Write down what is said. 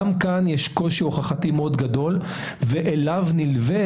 גם כאן יש קושי הוכחתי מאוד גדול ואליו נלווה